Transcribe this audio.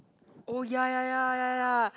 oh ya ya ya ya ya